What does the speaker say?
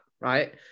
Right